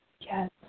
Yes